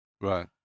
Right